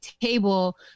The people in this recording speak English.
table